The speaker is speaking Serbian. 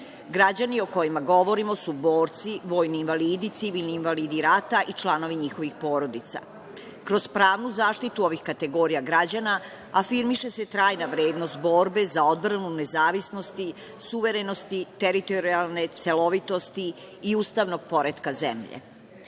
Građani o kojima govorimo su borci, vojni invalidi, civilni invalidi rata i članovi njihovih porodica. Kroz pravnu zaštitu ovih kategorija građana afirmiše se trajna vrednost borbe za odbranu nezavisnosti, suverenosti, teritorijalne celovitosti i ustavnog poretka zemlje.